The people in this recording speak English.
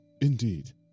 Indeed